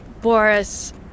Boris